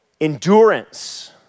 endurance